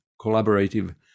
collaborative